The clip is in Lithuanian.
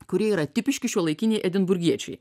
kurie yra tipiški šiuolaikiniai edinburgiečiai